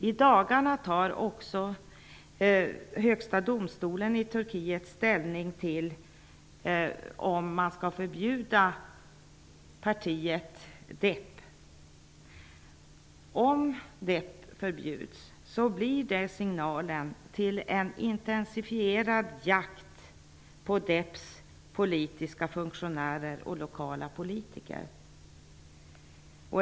I dagarna tar också högsta domstolen i Turkiet ställning till om man skall förbjuda partiet DEP. Om DEP förbjuds blir det signalen till en intensifierad jakt på DEP:s politiska funktionärer och lokala politiker.